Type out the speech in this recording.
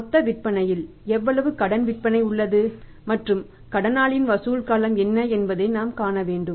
மொத்த விற்பனையில் எவ்வளவு கடன் விற்பனை உள்ளது மற்றும் கடனாளிகளின் வசூல் காலம் என்ன என்பதை நாம் காண வேண்டும்